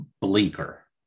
Bleaker